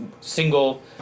single